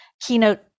keynote